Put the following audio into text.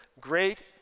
Great